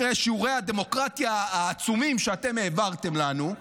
אחרי שיעורי הדמוקרטיה העצומים שאתם העברתם לנו,